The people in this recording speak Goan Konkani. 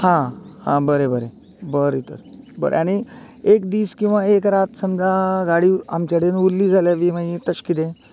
हा हा बरें बरें बरें तर आनी एक दीस किंवां एक रात समजा गाडी आमचे कडेन उरली जाल्यार बी मागीर तशें कितें